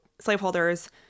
slaveholders